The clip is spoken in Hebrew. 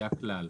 זה הכלל.